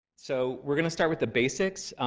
so we're going to start with the basics.